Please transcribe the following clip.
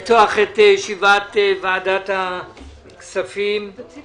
אנחנו פותחים את ישיבת הוועדה בנושא הצעת